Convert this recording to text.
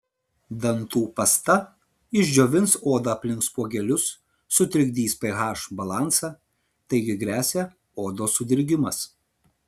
dantų pasta išdžiovins odą aplink spuogelius sutrikdys ph balansą taigi gresia odos sudirgimas